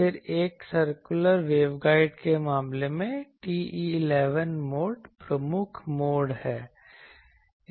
फिर एक circular waveguide के मामले में TE11 मोड प्रमुख मोड है